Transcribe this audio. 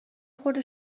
خورده